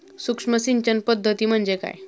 सूक्ष्म सिंचन पद्धती म्हणजे काय?